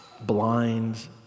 blind